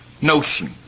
notion